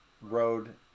Road